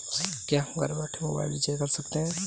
क्या हम घर बैठे मोबाइल रिचार्ज कर सकते हैं?